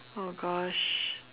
oh gosh